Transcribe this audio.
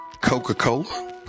Coca-Cola